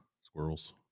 squirrels